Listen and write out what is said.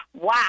Wow